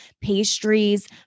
pastries